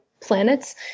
planets